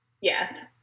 Yes